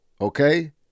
okay